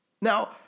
Now